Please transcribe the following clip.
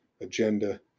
agenda